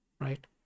Right